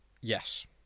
Yes